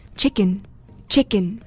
chicken,chicken